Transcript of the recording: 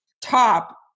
top